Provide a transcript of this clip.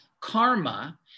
karma